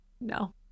No